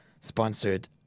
sponsored